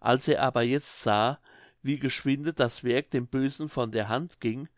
als er aber jetzt sah wie geschwinde das werk dem bösen von der hand ging